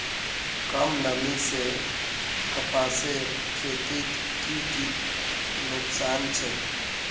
कम नमी से कपासेर खेतीत की की नुकसान छे?